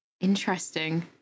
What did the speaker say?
Interesting